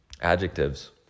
Adjectives